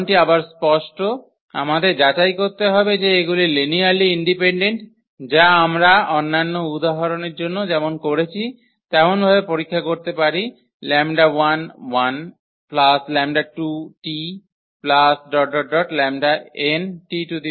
কারণটি আবার স্পষ্ট আমাদের যাচাই করতে হবে যে এগুলি লিনিয়ারলি ইন্ডিপেন্ডেন্ট যা আমরা অন্যান্য উদাহরণের জন্য যেমন করেছি তেমনভাবে পরীক্ষা করতে পারি 𝜆11 𝜆2t ⋯ 𝜆𝑛t𝑛